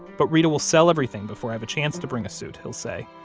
but reta will sell everything before i have a chance to bring a suit, he'll say.